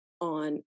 on